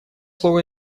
слово